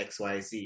XYZ